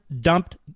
dumped